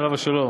עליו השלום,